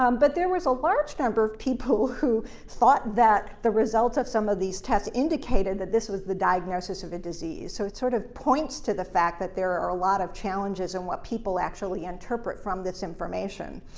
um but there was a large number of people who thought that the results of some of these tests indicated that this was the diagnosis of a disease, so it sort of points to the fact that there are a lot of challenges in what people actually interpret from this information.